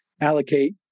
allocate